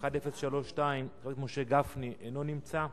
שאילתא 1032, של חבר הכנסת משה גפני, אינו נמצא,